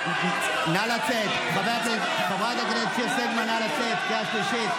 חברת הכנסת מירון, קריאה שנייה.